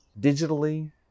digitally